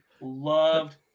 loved